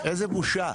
איזה בושה.